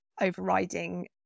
overriding